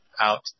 out